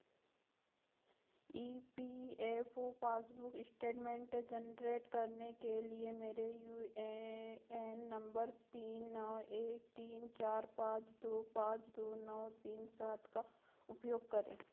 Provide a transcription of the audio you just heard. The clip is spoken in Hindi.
ई P F O passbook statement generate करने के लिए मेरे यू ए एन नंबर तीन नौ एक तीन चार पाँच दो पाँच दो नौ तीन सात का उपयोग करें